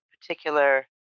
particular